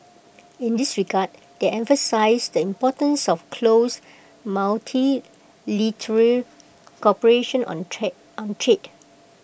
in this regard they emphasised the importance of close multilateral cooperation on trade on trade